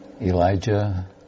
Elijah